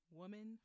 woman